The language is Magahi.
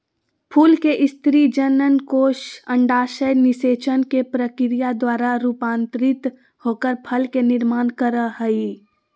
फूल के स्त्री जननकोष अंडाशय निषेचन के प्रक्रिया द्वारा रूपांतरित होकर फल के निर्माण कर हई